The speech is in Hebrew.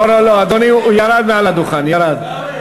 לא, לא, לא, אדוני, הוא ירד מעל הדוכן, ירד.